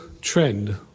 trend